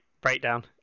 Breakdown